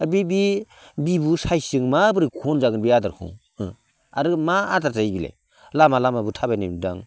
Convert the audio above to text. आर बे बे बिबु साइसजों मा बोरै खनजागोन बे आदारखौ आरो मा आदार जायो बेलाय लामा लामाबो थाबायनाय नुदां